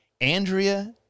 Andrea